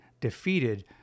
defeated